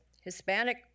Hispanic